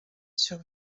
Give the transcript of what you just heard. sur